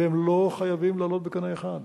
והם לא חייבים לעלות בקנה אחד.